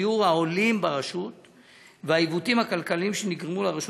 שיעור העולים ברשות והעיוותים הכלכליים שנגרמו לרשות